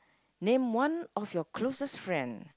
name one of your closest friend